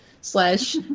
slash